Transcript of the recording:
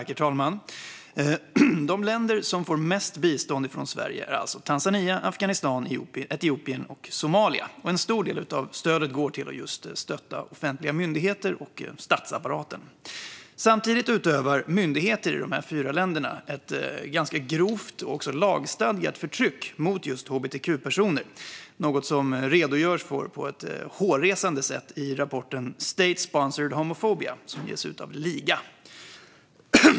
Herr talman! De länder som får mest bistånd från Sverige är Tanzania, Afghanistan, Etiopien och Somalia. En stor del av stödet går just till att stötta offentliga myndigheter och statsapparater. Samtidigt utövar myndigheter i de här fyra länderna ett ganska grovt och även lagstadgat förtryck mot just hbtq-personer - något som redogörs för på ett hårresande sätt i rapporten State-Sponsored Homophobia , som ges ut av ILGA.